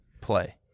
Play